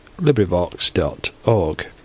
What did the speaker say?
LibriVox.org